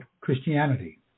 Christianity